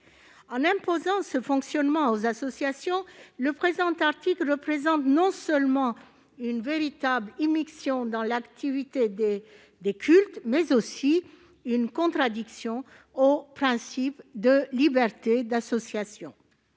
En imposant ce fonctionnement aux associations, le présent article représente non seulement une véritable immixtion dans l'activité des cultes, mais aussi une contradiction au principe de liberté d'association.